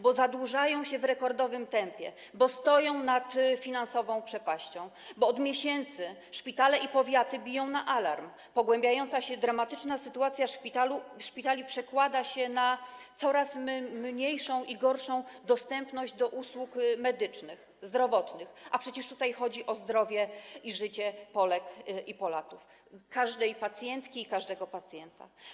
Bo zadłużają się w rekordowym tempie, bo stoją nad finansową przepaścią, bo od miesięcy szpitale i powiaty biją na alarm, pogłębiająca się dramatyczna sytuacja szpitali przekłada się na coraz mniejszą i gorszą dostępność usług medycznych, zdrowotnych, a przecież tutaj chodzi o zdrowie i życie Polek i Polaków, każdej pacjentki i każdego pacjenta.